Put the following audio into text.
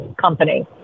company